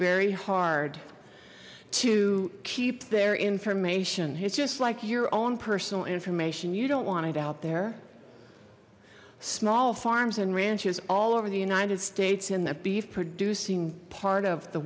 very hard to keep their information it's just like your own personal information you don't want it out there small farms and ranches all over the united states and the beef producing part of the